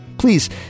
Please